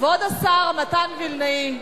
כבוד השר מתן וילנאי.